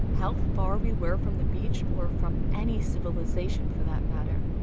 how far we were from the beach, or from any civilization for that matter.